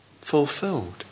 fulfilled